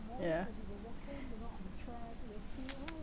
yeah